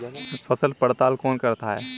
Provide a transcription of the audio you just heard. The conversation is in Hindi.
फसल पड़ताल कौन करता है?